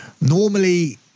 normally